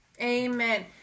Amen